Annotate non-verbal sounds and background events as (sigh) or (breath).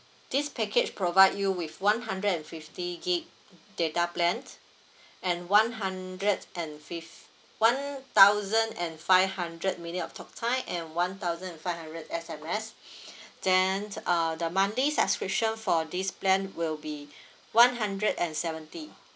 this package provide you with one hundred and fifty gig data plan (breath) and one hundred and fif~ one thousand and five hundred minute of talk time and one thousand and five hundred S_M_S (breath) then uh the monthly subscription for this plan will be (breath) one hundred and seventy